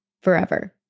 forever